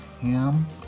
ham